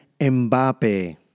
Mbappe